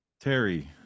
Terry